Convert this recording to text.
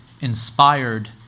inspired